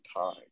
time